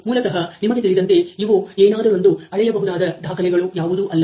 ಮೂಲತಹ ನಿಮಗೆ ತಿಳಿದಂತೆ ಇವು ಏನಾದರೊಂದು ಅಳೆಯಬಹುದಾದ ದಾಖಲೆಗಳು ಯಾವುದು ಇಲ್ಲ